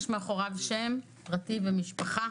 יש מאחוריו שם פרטי ושם משפחה,